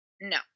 No